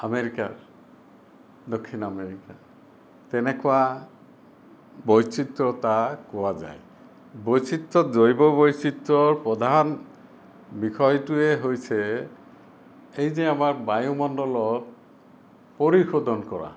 America দক্ষিণ America তেনেকুৱা বৈচিত্ৰতা কোৱা যায় বৈচিত্ৰত জৈৱ বৈচিত্ৰৰ প্ৰধান বিষয়টোৱে হৈছে এই যে আমাৰ বায়ুমণ্ডলৰ পৰিশোধন কৰা